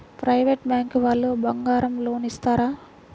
Private bank వాళ్ళు బంగారం loan ఇస్తారా?